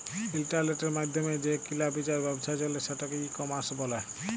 ইলটারলেটের মাইধ্যমে যে কিলা বিচার ব্যাবছা চলে সেটকে ই কমার্স ব্যলে